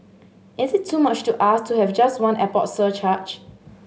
is it too much to ask to have just one airport surcharge